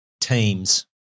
teams